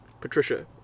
Patricia